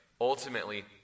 Ultimately